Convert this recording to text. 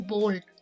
Bold